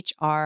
HR